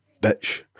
bitch